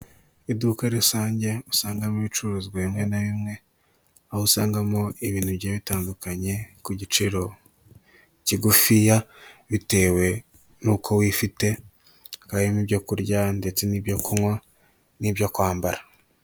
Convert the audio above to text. Iduka rusange usanga ibicuruzwa bimwe na bimwe, aho usangamo ibintu bigiye bitandukanye ku giciro kigufiya bitewe n'uko wifite. Hakaba harimo ibyo kurya ndetse n'ibyo kunywa, n'ibyo kwambara